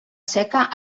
seca